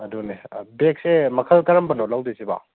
ꯑꯗꯨꯅꯤ ꯕꯦꯒꯁꯦ ꯃꯈꯜ ꯀꯔꯝꯕꯅꯣ ꯂꯧꯗꯣꯏꯁꯤꯕꯣ